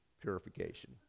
purification